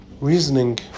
reasoning